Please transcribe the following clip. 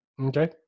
Okay